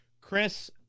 Chris